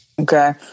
Okay